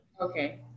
Okay